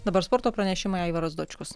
dabar sporto pranešimai aivaras dočkus